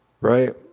right